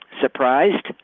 Surprised